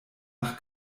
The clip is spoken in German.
nach